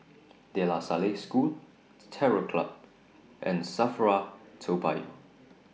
De La Salle School Terror Club and SAFRA Toa Payoh